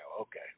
Okay